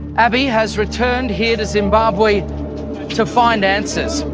abii has returned here to zimbabwe to find answers.